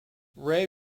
ray